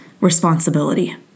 responsibility